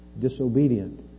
disobedient